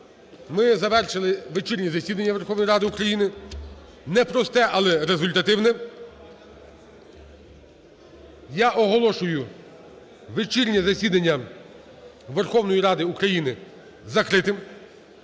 ми завершили вечірнє засідання Верховної Ради України непросте, але результативне. Я оголошую вечірнє засідання Верховної Ради України закритим.